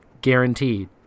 guaranteed